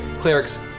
Clerics